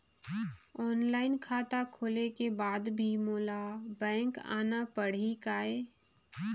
Online खाता खोले के बाद भी मोला बैंक आना पड़ही काय?